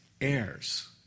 heirs